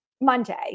Monday